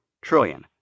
trillion